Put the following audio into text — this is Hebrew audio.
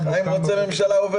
הנושא החשוב